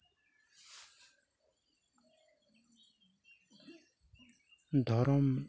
ᱫᱷᱚᱨᱚᱢ